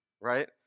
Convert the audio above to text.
right